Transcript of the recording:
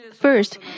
First